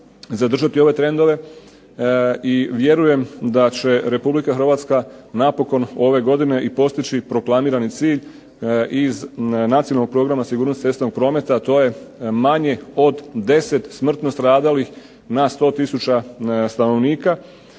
zadržati ove trendove i vjerujem da će Republika Hrvatska napokon ove godine i postići proklamirani cilj iz nacionalnog programa sigurnost cestovnog prometa, a to je manje od 10 smrtno stradalih na 100 tisuća stanovnika,